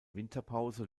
winterpause